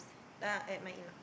uh at my in law